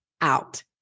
out